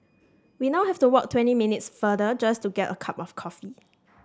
we now have to walk twenty minutes farther just to get a cup of coffee